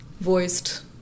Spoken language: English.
voiced